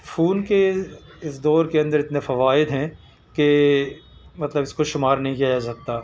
phone کے اس دور کے اندر اتنے فوائد ہیں کہ مطلب اس کو شمار نہیں کیا جا سکتا